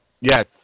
Yes